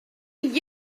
only